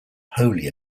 wholly